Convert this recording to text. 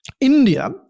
India